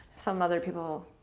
some other people.